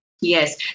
Yes